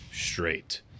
straight